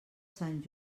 sant